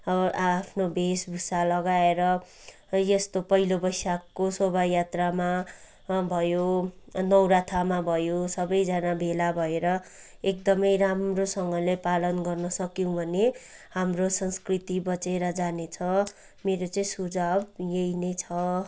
आफ्नो वेशभूषा लगाएर र यस्तो पहिलो वैशाखको शोभायात्रामा भयो नौरथामा भयो सबैजना भेला भएर एकदमै राम्रोसँगले पालन गर्न सक्यौँ भने हाम्रो संस्कृति बचेर जाने छ मेरो चाहिँ सुझाव यही नै छ